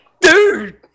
Dude